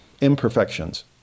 imperfections